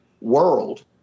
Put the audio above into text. world